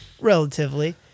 relatively